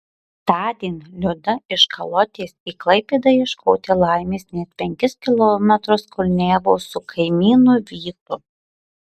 tądien liuda iš kalotės į klaipėdą ieškoti laimės net penkis kilometrus kulniavo su kaimynu vytu